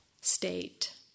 State